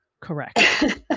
Correct